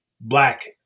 black